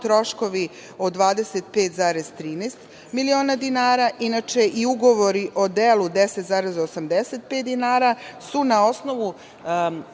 troškovi od 25,13 miliona dinara. Inače, i Ugovori o delu 10,85 dinara su u istom